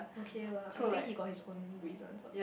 okay lah I think he got his own reason lah